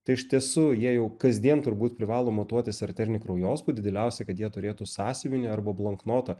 tai iš tiesų jie jau kasdien turbūt privalo matuotis arterinį kraujospūdį idealiausia kad jie turėtų sąsiuvinį arba bloknotą